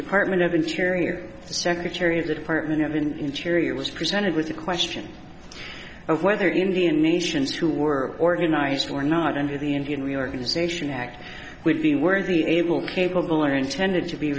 department of interior secretary of the department of interior was presented with the question of whether indian nations too were organized or not and who the indian reorganization act would be worthy able capable or intended to be